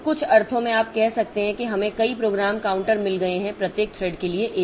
तो कुछ अर्थों में आप कह सकते हैं कि हमें कई प्रोग्राम काउंटर मिल गए हैं प्रत्येक थ्रेड के लिए एक